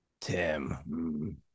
Tim